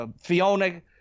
Fiona